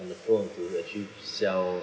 on the phone to actually sell